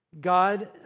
God